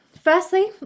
Firstly